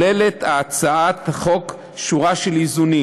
מוצעת בהצעת החוק שורה של איזונים,